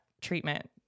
treatment